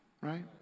right